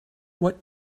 what